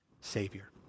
Savior